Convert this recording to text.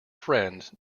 friend